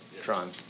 trying